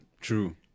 true